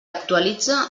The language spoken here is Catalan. actualitza